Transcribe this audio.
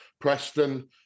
preston